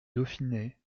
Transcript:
dauphiné